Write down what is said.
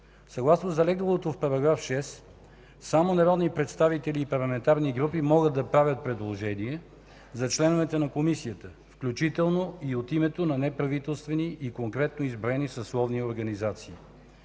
съгласно залегналото в § 6 – само народни представители и парламентарни групи могат да правят предложение за членовете на Комисията, включително и от името на неправителствени и конкретно изброени съсловни организации.